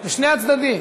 בשני הצדדים.